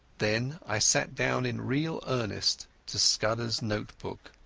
then i sat down in real earnest to scudderas note-book.